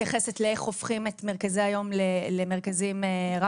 שהיא מתייחסת לאיך הופכים את מרכזי היום לרב תכליתיים,